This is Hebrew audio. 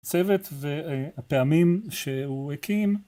הצוות והפעמים שהוא הקים